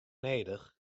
nedich